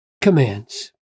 commands